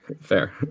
Fair